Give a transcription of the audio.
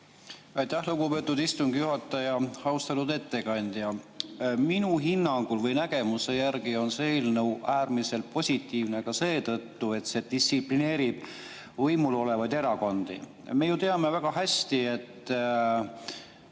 Aitäh, lugupeetud istungi juhataja! Austatud ettekandja! Minu hinnangul või nägemuse järgi on see eelnõu äärmiselt positiivne ka seetõttu, et see distsiplineerib võimul olevaid erakondi. Me ju teame väga hästi, et